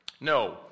No